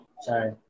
sorry